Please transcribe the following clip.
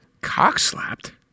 Cock-slapped